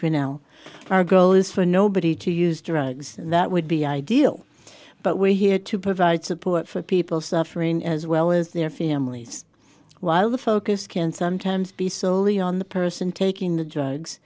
grinnell our goal is for nobody to use drugs and that would be ideal but we're here to provide support for people suffering as well as their families while the focus can sometimes be soley on the person taking the drugs